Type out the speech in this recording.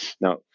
Now